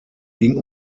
ging